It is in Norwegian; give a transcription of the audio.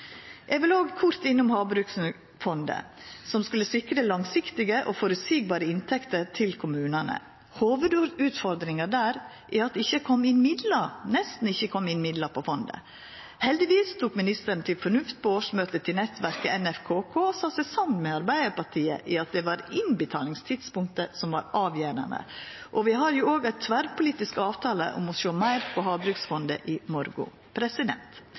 Eg vil òg kort innom havbruksfondet, som skulle sikra langsiktige og føreseielege inntekter til kommunane. Hovudutfordringa der er at det nesten ikkje kom inn midlar på fondet. Heldigvis tok ministeren til fornuft på årsmøtet til Nettverk for fjord- og kystkommunar NFKK og sa seg samd med Arbeidarpartiet i at det var innbetalingstidspunktet som var avgjerande. Vi har òg ein tverrpolitisk avtale om å sjå meir på havbruksfondet i morgon.